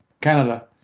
Canada